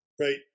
Right